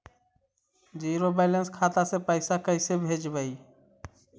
Zero balance खाता से पैसा कैसे भेजबइ?